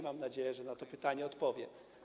Mam nadzieję, że na to pytanie odpowie.